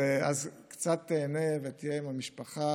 אז קצת תיהנה ותהיה עם המשפחה.